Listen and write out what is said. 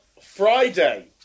Friday